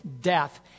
death